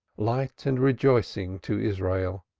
light and rejoicing to israel,